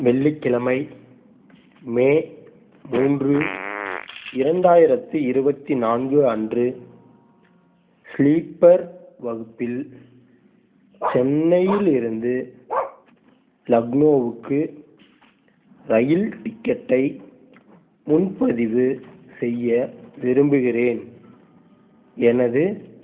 வெள்ளிக்கிழமை மே மூன்று இரண்டாயிரத்து இருபத்தி நான்கு அன்று ஸ்லீப்பர் வகுப்பில் சென்னையில் இருந்து லக்னோவுக்கு ரயில் டிக்கெட்டை முன்பதிவு செய்ய விரும்புகிறேன் எனது